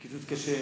וקיצוץ קשה